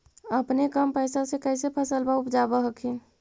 अपने कम पैसा से कैसे फसलबा उपजाब हखिन?